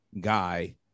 Guy